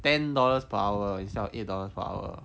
ten dollars per hour instead of eight dollars per hour